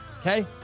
okay